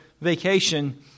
vacation